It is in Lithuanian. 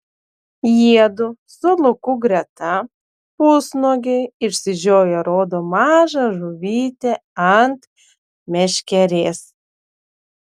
jiedu su luku greta pusnuogiai išsižioję rodo mažą žuvytę ant meškerės